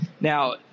now